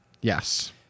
yes